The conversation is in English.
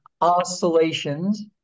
oscillations